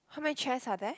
how many chairs are there